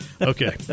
okay